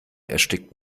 erstickt